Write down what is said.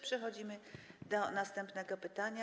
Przechodzimy do następnego pytania.